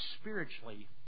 spiritually